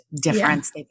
difference